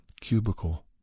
cubicle